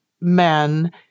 men